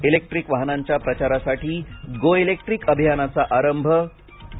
electric वाहनांच्या प्रचारासाठी go electric अभियानाचा आरंभ आणि